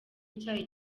icyayi